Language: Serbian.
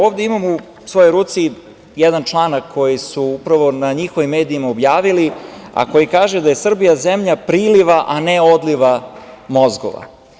Ovde imam u svoj ruci jedan članak koji su upravo na njihovim medijima objavili, a koji kaže da je Srbija zemlja priliva, a ne odliva mozgova.